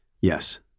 Yes